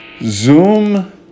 Zoom